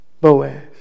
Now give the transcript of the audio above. Boaz